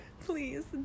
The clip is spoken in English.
Please